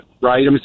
right